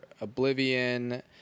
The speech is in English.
Oblivion